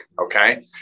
okay